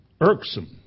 Irksome